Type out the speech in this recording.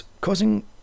causing